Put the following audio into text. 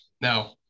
Now